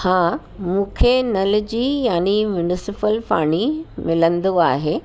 हा मूंखे नल जी यानी म्युनिसिपल पाणी मिलंदो आहे